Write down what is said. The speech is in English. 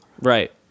Right